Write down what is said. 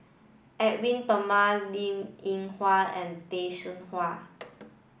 Edwin Thumboo Linn In Hua and Tay Seow Huah